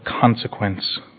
consequence